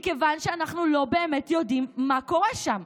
מכיוון שאנחנו לא באמת יודעים מה קורה שם.